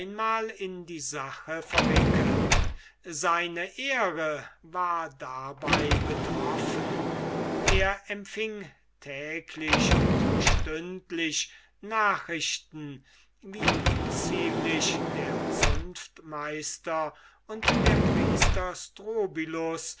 in die sache verwickelt seine ehre war dabei betroffen er erhielt täglich und stündlich nachrichten wie unziemlich der zunftmeister und der